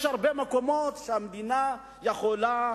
יש הרבה מקומות שהמדינה יכולה,